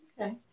Okay